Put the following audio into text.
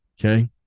okay